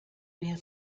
wer